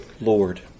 Lord